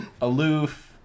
aloof